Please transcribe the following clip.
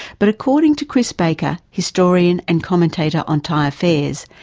but according to chris baker, historian and commentator on thai affairs,